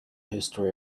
history